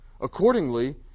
Accordingly